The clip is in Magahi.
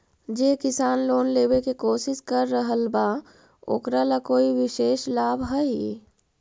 जे किसान लोन लेवे के कोशिश कर रहल बा ओकरा ला कोई विशेष लाभ हई?